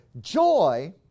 Joy